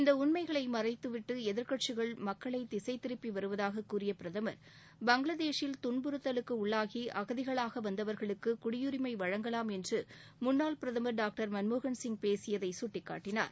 இந்த உண்மைகளை மறைத்துவிட்டு எதிர்க்கட்சிகள் மக்களை திசை திருப்பி வருவதாக கூறிய பிரதமர் பங்களாதேஷில் துன்புறுத்தலுக்கு உள்ளாகி அகதிகளாக வந்தவர்களுக்கு குடியுரிமை வழங்கலாம் என்று முன்னாள் பிரதமர் டாக்டர் மன்மோகன் சிங் பேசியதை சுட்டிக்காட்டினார்